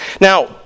Now